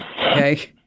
Okay